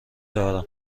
دارم